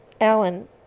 Alan